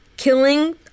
killing